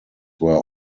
were